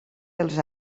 dels